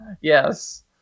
Yes